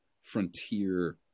frontier